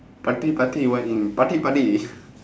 party party what in party party